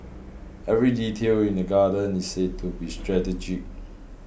every detail in the garden is said to be strategic